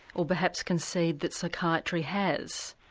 or perhaps concede that psychiatry has,